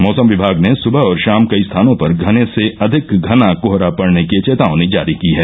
मौसम विमाग ने सुवह और शाम कई स्थानों पर घने से अधिक घना कोहरा पड़ने की चेतावनी जारी की है